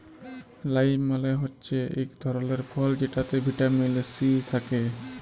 lime মালে হচ্যে ইক ধরলের ফল যেটতে ভিটামিল সি থ্যাকে